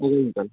আগামিকাল